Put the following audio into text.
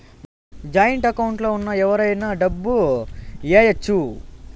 joint account లో ఉన్న ఎవరైనా డబ్బు ఏయచ్చు